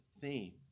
theme